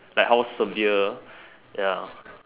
like how severe ya